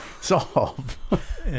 Solve